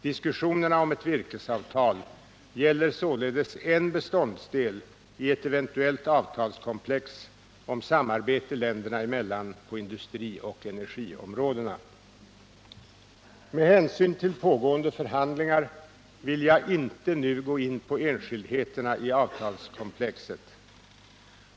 Diskussionerna om ett virkesavtal gäller således en beståndsdel i ett eventuellt avtalskomplex om samarbete länderna emellan på industrioch energiområdena. Med hänsyn till pågående förhandlingar vill jag inte nu gå in på enskildheterna i avtalskomplexet.